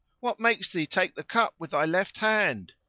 what makes thee take the cup with thy left hand?